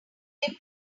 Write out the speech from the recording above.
molly